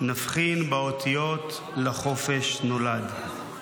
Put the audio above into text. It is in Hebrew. נבחין באותיות: לחופש נולד//.